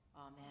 Amen